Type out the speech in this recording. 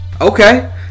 Okay